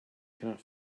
cannot